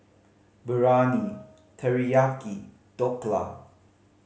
Biryani Teriyaki Dhokla